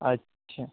اچھا